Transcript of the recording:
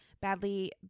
badly